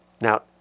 Now